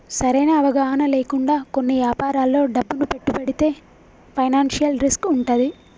సరైన అవగాహన లేకుండా కొన్ని యాపారాల్లో డబ్బును పెట్టుబడితే ఫైనాన్షియల్ రిస్క్ వుంటది